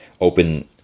open